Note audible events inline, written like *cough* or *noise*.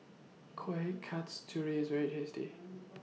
Kueh Kasturi IS very tasty *noise*